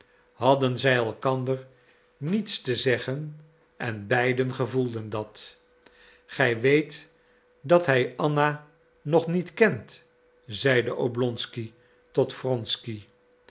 hadden zij elkander niets te zeggen en beiden gevoelden dat gij weet dat hij anna nog niet kent zeide oblonsky tot wronsky